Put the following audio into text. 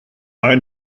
mae